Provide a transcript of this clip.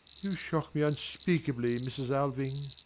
you shock me unspeakably, mrs. alving.